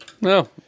No